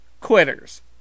quitters